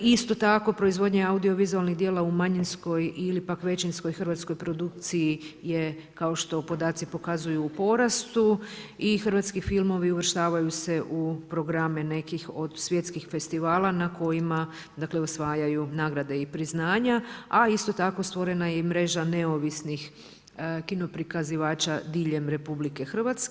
Isto tako proizvodnja audiovizualnih djela u manjinskoj ili pak većinskoj hrvatskoj produkciji je kao što podaci pokazuju u porastu i hrvatski filmovi uvrštavaju se u programe nekih od svjetskih festivala na kojima osvajaju nagrade i priznanja, a isto tako stvorena je i mreža neovisnih kinoprikazivača diljem RH.